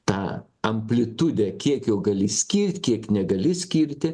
tą amplitudę kiek jo gali skirt kiek negali skirti